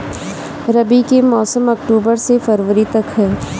रबी के मौसम अक्टूबर से फ़रवरी तक ह